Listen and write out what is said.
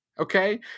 Okay